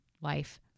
life